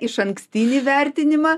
išankstinį vertinimą